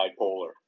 bipolar